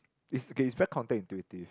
it's okay it's very contact intuitive